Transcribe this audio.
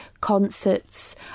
concerts